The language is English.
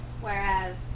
Whereas